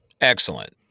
Excellent